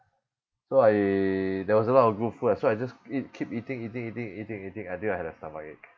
so I there was a lot of good food ah so I just eat keep eating eating eating eating eating until I had a stomachache